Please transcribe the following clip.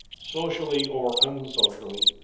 socially or unsocially,